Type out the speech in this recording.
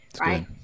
right